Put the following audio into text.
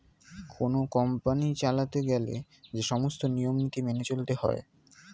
কোন কোম্পানি চালাতে গেলে যে সমস্ত নিয়ম নীতি মেনে চলতে হয়